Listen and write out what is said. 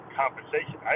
compensation